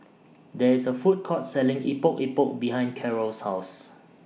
There IS A Food Court Selling Epok Epok behind Karyl's House